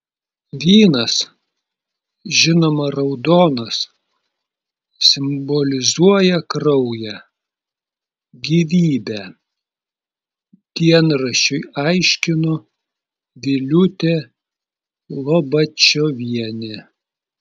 vynas žinoma raudonas simbolizuoja kraują gyvybę dienraščiui aiškino viliūtė lobačiuvienė